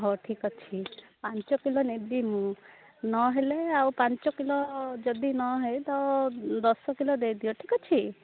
ହଉ ଠିକ୍ ଅଛି ପାଞ୍ଚ କିଲୋ ନେବି ମୁଁ ନହେଲେ ଆଉ ପାଞ୍ଚ କିଲୋ ଯଦି ନ ହୁଏ ତ ଦଶ କିଲୋ ଦେଇଦିଅ ଠିକ୍ ଅଛି